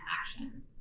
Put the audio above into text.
action